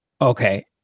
Okay